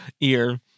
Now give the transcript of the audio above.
ear